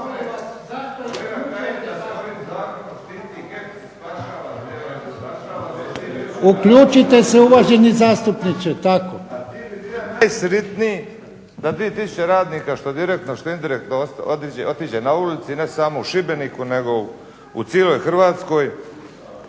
uključen./… a ti bi bija najsritniji da 2000 radnika što direktno, što indirektno otiđe na ulicu i ne samo u Šibeniku nego u cijeloj Hrvatskoj.